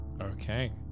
Okay